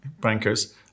bankers